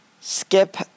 skip